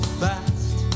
fast